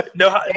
no